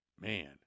man